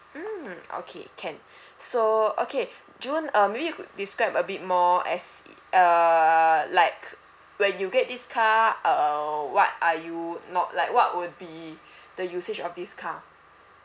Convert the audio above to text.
mm okay can so okay june uh maybe you could describe a bit more as uh like when you get this car uh what are you not like what would be the usage of this car